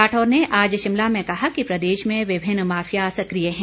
राठौर ने आज शिमला में कहा कि प्रदेश में विभिन्न माफिया सक्रिय है